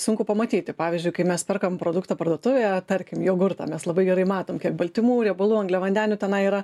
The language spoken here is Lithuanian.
sunku pamatyti pavyzdžiui kai mes perkam produktą parduotuvėje tarkim jogurtą mes labai gerai matom kiek baltymų riebalų angliavandenių tenai yra